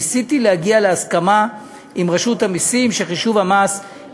ניסיתי להגיע עם רשות המסים להסכמה